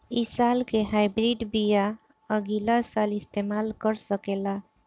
इ साल के हाइब्रिड बीया अगिला साल इस्तेमाल कर सकेला?